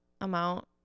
amount